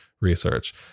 research